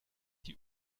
die